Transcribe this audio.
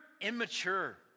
immature